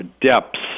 depths